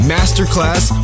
Masterclass